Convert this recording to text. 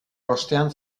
bostean